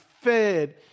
fed